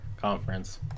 conference